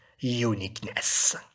uniqueness